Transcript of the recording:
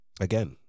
Again